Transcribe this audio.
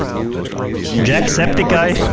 jacksepticeye